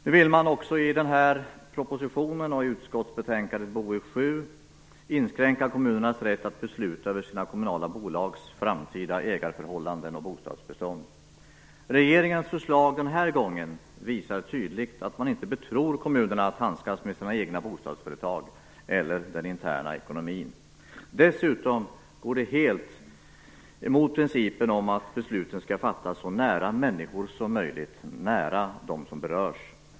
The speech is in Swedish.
Nu vill man också i propositionen och i utskottsbetänkandet BoU7 inskränka kommunernas rätt att besluta över sina kommunala bolags framtida ägarförhållanden och bostadsbestånd. Regeringens förslag denna gång visar tydligt att man inte betror kommunerna med att handskas med sina egna bostadsföretag eller den interna ekonomin. Dessutom går det helt emot principen om att besluten skall fattas så nära människor som möjligt, nära de som berörs.